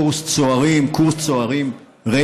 קורס צוערים ריק.